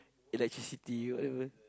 electricity you won't even